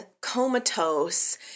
comatose